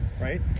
right